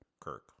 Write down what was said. Kirk